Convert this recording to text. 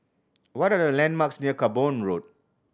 what are the landmarks near Camborne Road